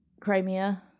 Crimea